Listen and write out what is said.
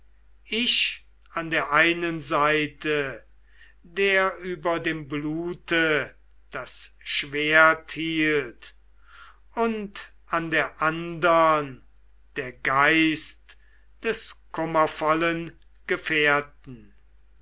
ich an der einen seite der über dem blute das schwert hielt und an der andern der geist des kummervollen gefährten